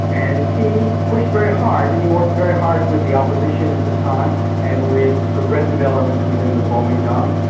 and he pushed very hard and he worked very hard with the opposition at the time and with progressive elements within the kuomintang,